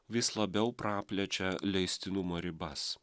vis labiau praplečia leistinumo ribas